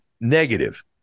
negative